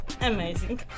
amazing